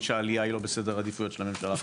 שהעלייה היא לא בסדר עדיפויות של הממשלה.